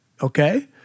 Okay